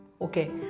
Okay